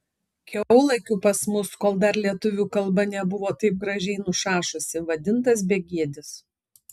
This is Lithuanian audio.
kiaulakiu pas mus kol dar lietuvių kalba nebuvo taip graudžiai nušašusi vadintas begėdis